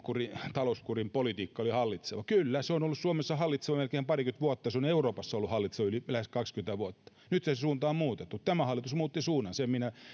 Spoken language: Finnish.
talouskurin politiikka oli hallitseva kyllä se on ollut suomessa hallitseva melkein parikymmentä vuotta se on euroopassa ollut hallitseva lähes kaksikymmentä vuotta nyt se suunta on muutettu tämä hallitus muutti suunnan sen minä